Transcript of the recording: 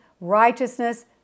righteousness